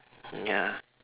ya